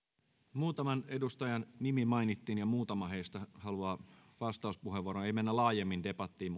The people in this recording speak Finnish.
muutaman edustajan nimi mainittiin ja muutama heistä haluaa vastauspuheenvuoron ei mennä laajemmin debattiin